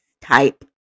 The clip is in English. type